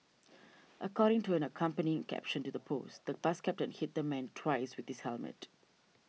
according to an accompanying caption to the post the bus captain hit the man twice with his helmet